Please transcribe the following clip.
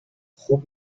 خوب